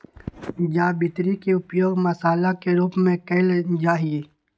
जावित्री के उपयोग मसाला के रूप में कइल जाहई